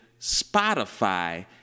Spotify